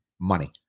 money